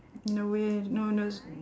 in a way know those